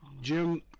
Jim